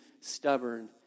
stubborn